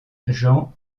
jean